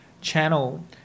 channel